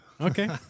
Okay